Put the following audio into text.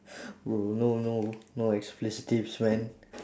bro no no no expletives man